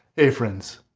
hey friends,